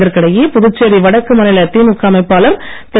இதற்கிடையே புதுச்சேரி வடக்கு மாநில திமுக அமைப்பாளர் திரு